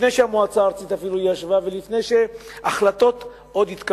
לפני שהמועצה הארצית אפילו ישבה ועוד לפני שהחלטות התקבלו.